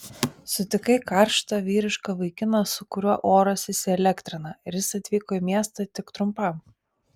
sutikai karštą vyrišką vaikiną su kuriuo oras įsielektrina ir jis atvyko į miestą tik trumpam